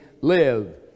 live